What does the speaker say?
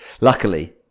luckily